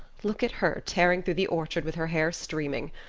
look at her tearing through the orchard with her hair streaming.